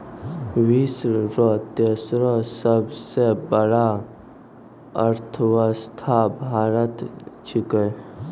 विश्व रो तेसरो सबसे बड़ो अर्थव्यवस्था भारत छिकै